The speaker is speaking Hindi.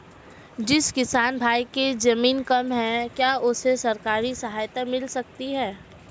जिस किसान भाई के ज़मीन कम है क्या उसे सरकारी सहायता मिल सकती है?